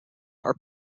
are